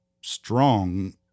strong